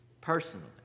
Personally